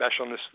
specialness